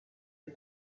est